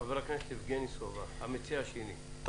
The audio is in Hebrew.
חבר הכנסת יבגני סובה, המציע השני, בבקשה.